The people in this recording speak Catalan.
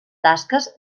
tasques